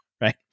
right